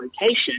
location